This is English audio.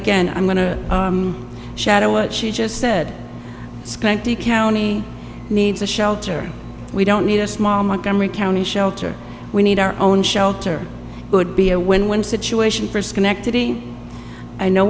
again i'm going to shadow what she just said skanky county needs a shelter we don't need a small montgomery county shelter we need our own shelter would be a win win situation for schenectady i know